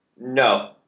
No